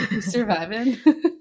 surviving